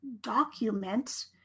document